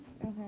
Okay